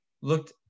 looked